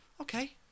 Okay